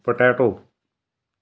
potato